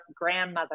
grandmother